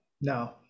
No